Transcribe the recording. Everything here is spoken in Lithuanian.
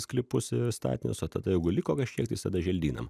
sklypus ir statinius o tada jeigu liko kažkiek tais tada želdynam